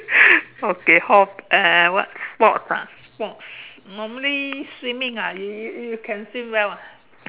okay uh what sports ah sports normally swimming ah y~ you you can swim well ah